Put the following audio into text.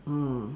orh